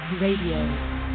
Radio